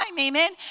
amen